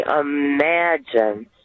imagine